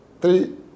three